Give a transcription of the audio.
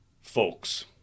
folks